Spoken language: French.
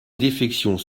défections